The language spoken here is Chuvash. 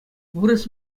вырӑс